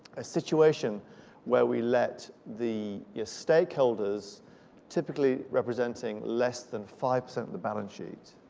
a situation where we let the yeah stakeholders typically representing less than five percent of the balance sheet